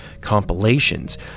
compilations